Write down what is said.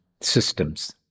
systems